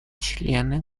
члены